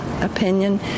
opinion